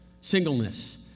Singleness